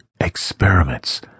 experiments